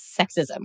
sexism